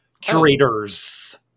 Curators